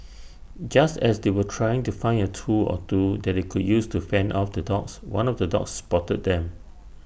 just as they were trying to find A tool or two that they could use to fend off the dogs one of the dogs spotted them